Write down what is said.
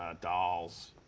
ah dolls,